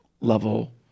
level